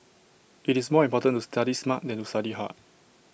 it's more important to study smart than to study hard